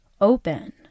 open